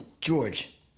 George